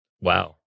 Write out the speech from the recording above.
Wow